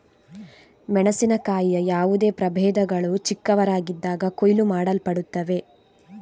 ಮೆಣಸಿನಕಾಯಿಯ ಯಾವುದೇ ಪ್ರಭೇದಗಳು ಚಿಕ್ಕವರಾಗಿದ್ದಾಗ ಕೊಯ್ಲು ಮಾಡಲ್ಪಡುತ್ತವೆ